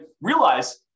realize